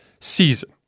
season